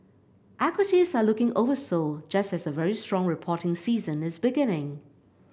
equities are looking oversold just as a very strong reporting season is beginning